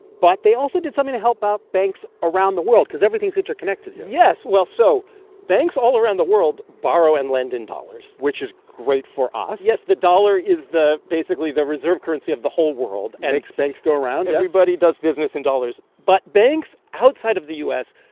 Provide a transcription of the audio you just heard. but they also did something to help out banks around the world because everything is interconnected here yes. well, so banks all around the world borrow and lend in dollars which is great for us yes. the dollar is the, basically, the reserve currency of the whole world and makes banks go around, yes and everybody does business in dollars. but banks outside of the u s.